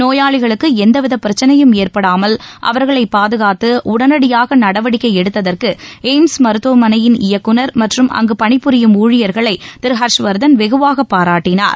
நோயாளிகளுக்கு எந்த வித பிரச்சினையும் ஏற்படாமல் அவர்களை பாதுகாத்து உடனடியாக நடவடிக்கை எடுத்ததற்கு எப்ம்ஸ் மருத்துவமனையின் இயக்குநர் மற்றும் அங்கு பணிபுரியும் ஊழியர்களை திரு ஹர்ஷ்வர்தன் வெகுவாக பாராட்டினார்